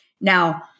Now